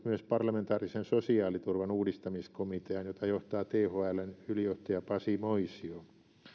myös asettanut parlamentaarisen sosiaaliturvan uudistamiskomitean jota johtaa thln ylijohtaja pasi moisio